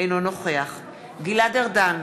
אינו נוכח גלעד ארדן,